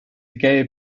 gay